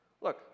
Look